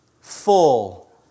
full